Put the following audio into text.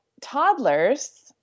toddlers